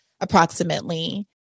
approximately